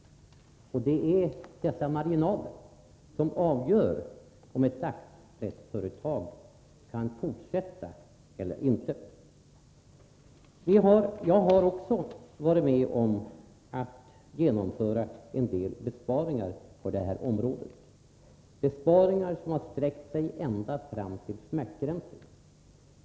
Det är dessa marginaler som avgör om ett dagspressföretag kan fortsätta sin verksamhet eller inte. Jag har också varit med om att genomföra en del besparingar på det här området, besparingar som har sträckt sig ända fram till smärtgränsen.